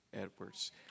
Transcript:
Edwards